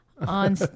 On